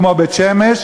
כמו בית-שמש,